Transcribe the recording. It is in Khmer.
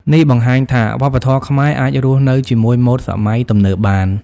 នេះបង្ហាញថាវប្បធម៌ខ្មែរអាចរស់នៅជាមួយម៉ូដសម័យទំនើបបាន។